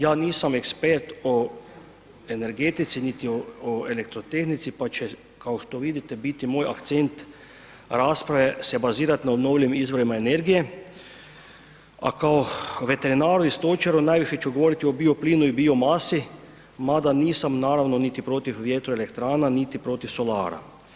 Ja nisam ekspert o energetici niti o elektrotehnici pa će kao što vidite biti moj akcent rasprave se bazirat na obnovljivim izvorima energije a kao veterinaru i stočaru, najviše ću govoriti o bioplinu i biomasu mada nisam naravno niti protiv vjetroelektrana niti protiv solara.